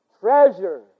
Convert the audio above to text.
treasure